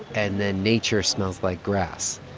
and then nature smells like grass.